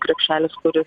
krepšelis kuris